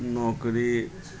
नोकरी